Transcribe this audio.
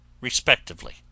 respectively